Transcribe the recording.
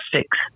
six